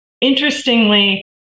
Interestingly